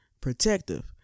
protective